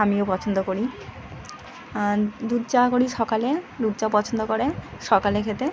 আমিও পছন্দ করি দুধ চা করি সকালে দুধ চা পছন্দ করে সকালে খেতে